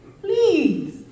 Please